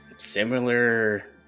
similar